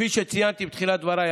כפי שציינתי בתחילת דבריי,